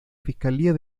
fiscalía